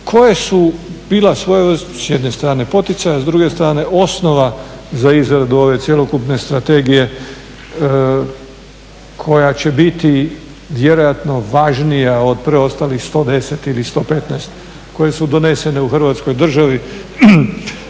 koje su bile svojevrsni s jedne strane poticaj, a s druge strane osnova za izradu ove cjelokupne strategije koja će biti vjerojatno važnija od preostalih 110 ili 115 koje su donesene u Hrvatskoj državi